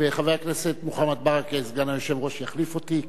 וחבר הכנסת מוחמד ברכה סגן היושב-ראש יחליף אותי,